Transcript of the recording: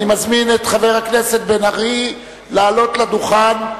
אני מזמין את חבר הכנסת בן-ארי לעלות לדוכן,